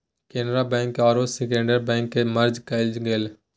Canara Bank आरो Syndicate Bank के merge कइल गेलय